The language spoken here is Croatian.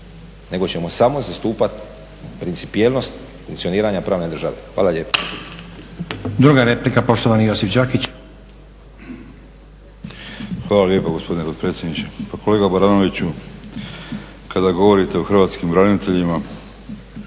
nego ćemo samo zastupat principijelnost funkcioniranja pravne države. Hvala lijepo.